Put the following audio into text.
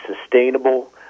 sustainable